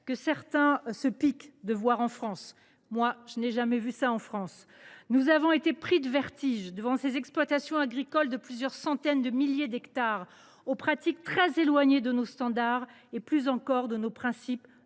que certains se piquent de voir en France. Pour ma part, je n’ai jamais rien vu de tel en France. Nous avons été pris de vertige devant ces exploitations agricoles de plusieurs centaines de milliers d’hectares, aux pratiques très éloignées de nos standards et plus encore de notre principe